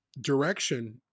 direction